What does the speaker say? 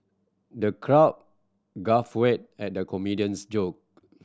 the crowd guffawed at the comedian's joke